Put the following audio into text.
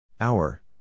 Hour